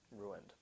ruined